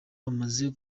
bamaze